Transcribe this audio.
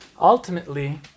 Ultimately